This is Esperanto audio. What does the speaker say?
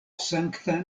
sankta